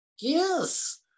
Yes